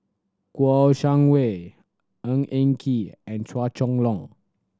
Kouo Shang Wei Ng Eng Kee and Chua Chong Long